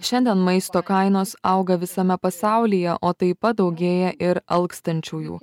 šiandien maisto kainos auga visame pasaulyje o taip pat daugėja ir alkstančiųjų